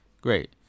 Great